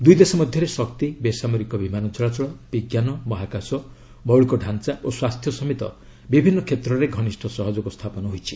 ଦୁଇ ଦେଶ ମଧ୍ୟରେ ଶକ୍ତି ବେସାମରିକ ବିମାନ ଚଳାଚଳ ବିଜ୍ଞାନ ମହାକାଶ ମୌଳିକ ଢାଞ୍ଚା ଓ ସ୍ୱାସ୍ଥ୍ୟ ସମେତ ବିଭିନ୍ନ କ୍ଷେତ୍ରରେ ଘନିଷ୍ଠ ସହଯୋଗ ସ୍ଥାପନ ହୋଇଛି